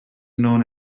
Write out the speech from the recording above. known